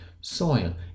soil